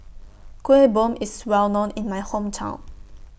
Kueh Bom IS Well known in My Hometown